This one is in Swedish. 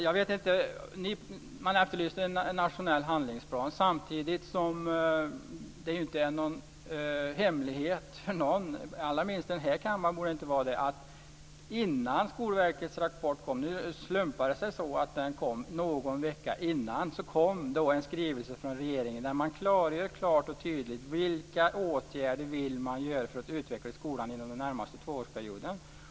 Fru talman! Man efterlyser en nationell handlingsplan. Samtidigt är det inte någon hemlighet för någon - allra minst i den här salen - att någon vecka innan Skolverkets rapport kom, kom det en skrivelse från regeringen där man klargör vilka åtgärder som man vill vidta för att utveckla skolan inom den närmaste tvåårsperioden.